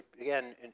Again